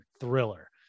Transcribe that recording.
thriller